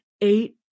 eight